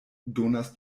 donas